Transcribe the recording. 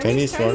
chinese one